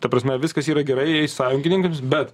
ta prasme viskas yra gerai sąjungininkams bet